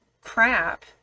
crap